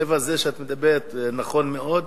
בשלב הזה שאת מדברת נכון מאוד,